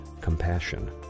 compassion